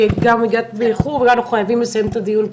כי גם הגעת באיחור ואנחנו גם חייבים לסיים את הדיון.